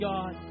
God